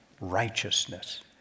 righteousness